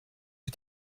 ich